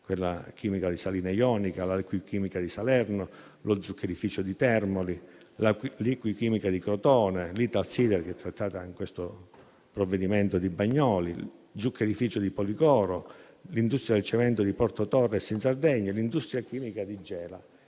quella chimica di Saline Joniche, alla Liquichimica di Salerno, allo zuccherificio di Termoli, alla Liquichimica di Crotone, o all'Italsider, che è trattata nel provvedimento di Bagnoli, allo zuccherificio di Policoro, all'industria del cemento di Porto Torres in Sardegna e all'industria chimica di Gela